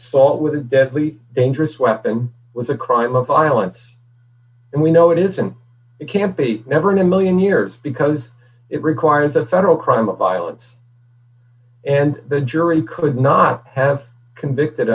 assault with a deadly dangerous weapon was a crime of violence and we know it isn't it can't be never in a one million years because it requires a federal crime of violence and the jury could not have convicted